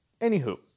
Anywho